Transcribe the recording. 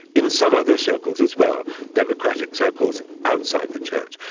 in some other circles as well democratic circles outside the church.